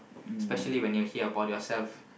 especially when you hear about yourself